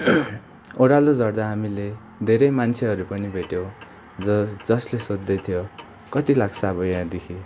ओह्रालो झर्दा हामीले धेरै मान्छेहरू पनि भेट्यौँ जस जसले सोद्धै थियो कति लाग्छ अब यहाँदेखि